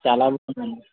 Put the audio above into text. చాలా బాగుంది